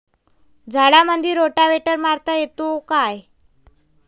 झाडामंदी रोटावेटर मारता येतो काय?